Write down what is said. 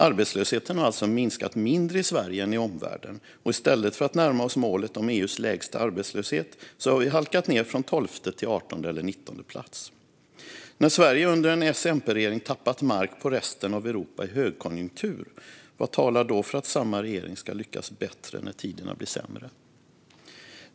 Arbetslösheten har alltså minskat mindre i Sverige än i omvärlden, och i stället för att närma oss målet om EU:s lägsta arbetslöshet har vi alltså halkat ned från 12:e till 18:e eller 19:e plats. När Sverige under en S-MP-regering har tappat mark mot resten av Europa i högkonjunktur, vad talar då för att samma regering ska lyckas bättre när tiderna blir sämre?